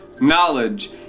knowledge